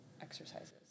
exercises